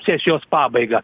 sesijos pabaigą